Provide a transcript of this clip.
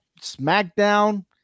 SmackDown